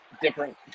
different